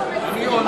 הוא אחד המציעים.